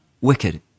Wicked